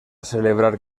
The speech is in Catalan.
celebrar